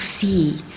see